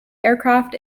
aircraft